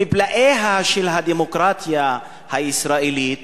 ומפלאיה של הדמוקרטיה הישראלית,